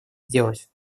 сделать